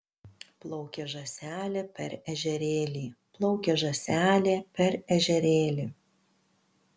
plaukė žąselė per ežerėlį plaukė žąselė per ežerėlį